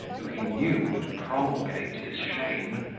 who, he knew, would promulgate his shame,